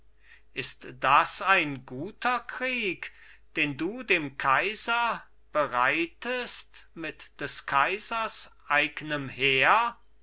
ist das ein guter krieg den du dem kaiser bereitest mit des kaisers eignem heer